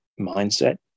mindset